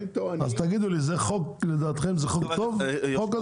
אז תגידו לי, לדעתכם זה חוק טוב החוק הזה?